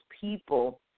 people